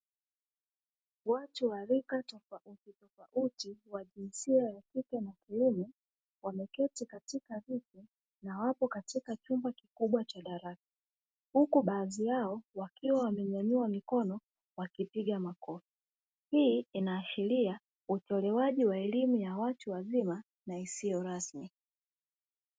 Watu wa rika tofauti tofauti wa jinsia ya kike na ya kiume wameketi katika viti na wapo katika chumba kikubwa cha darasa. Huku baadhi yao wakiwa wamenyanyua mikono wakipiga makofi. Hii inaashiria utolewaji wa elimu ya watu wazima na isiyo rasmi.